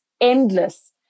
endless